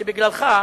שבגללך,